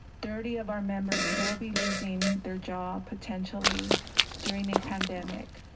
thirty of our members will be losing their job potentially during the pandemic.